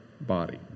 body